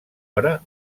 hora